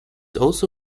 also